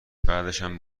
بعدشم